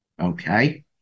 Okay